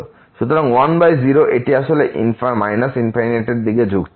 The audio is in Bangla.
সুতরাং 10 এটি আসলে ∞ এর দিকে ঝুঁকছে